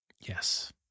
Yes